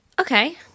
Okay